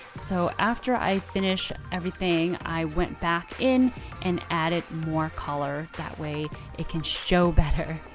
so after i finished everything i went back in and added more color. that way it can show better.